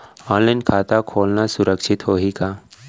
Online खाता खोलना सुरक्षित होही का?